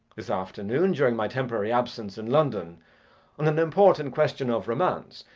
this afternoon during my temporary absence in london on an important question of romance,